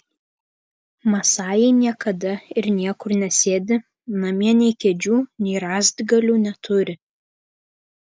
masajai niekada ir niekur nesėdi namie nei kėdžių nei rąstgalių neturi